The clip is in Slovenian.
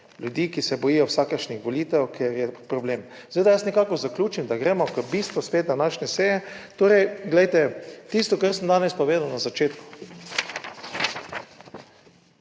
ljudi, ki se bojijo vsakršnih volitev kjer je problem. Seveda, jaz nekako zaključim, da gremo k bistvu, spet, današnje seje. Torej, glejte, tisto, kar sem danes povedal na začetku,